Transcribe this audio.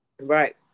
Right